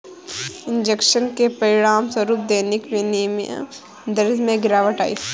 injection के परिणामस्वरूप दैनिक विनिमय दर में गिरावट आई